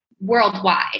worldwide